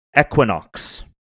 Equinox